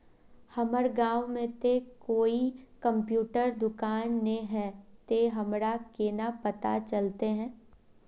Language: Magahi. हमर गाँव में ते कोई कंप्यूटर दुकान ने है ते हमरा केना पता चलते है?